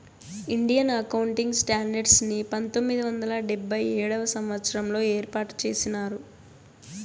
Indian accounting standards ని పంతొమ్మిది వందల డెబ్భై ఏడవ సంవచ్చరంలో ఏర్పాటు చేసినారు